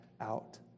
out